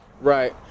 Right